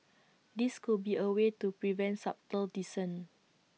this could be A way to prevent subtle dissent